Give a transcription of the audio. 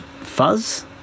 fuzz